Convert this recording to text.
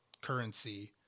currency